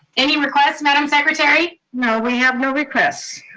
any requests, madam secretary? no, we have no requests.